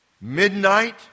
Midnight